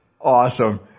Awesome